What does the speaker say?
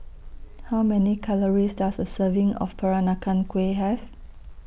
How Many Calories Does A Serving of Peranakan Kueh Have